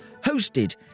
hosted